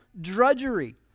drudgery